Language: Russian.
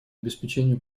обеспечению